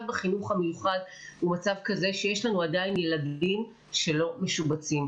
בחינוך המיוחד הוא מצב כזה שיש לנו עדיין ילדים שלא משובצים.